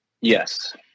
Yes